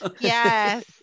Yes